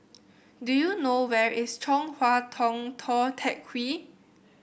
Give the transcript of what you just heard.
do you know where is Chong Hua Tong Tou Teck Hwee